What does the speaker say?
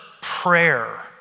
prayer